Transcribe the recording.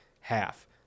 half